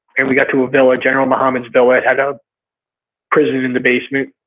and we got to a villa, general mohammad's villa had a prison in the basement.